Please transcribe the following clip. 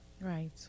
Right